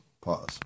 Pause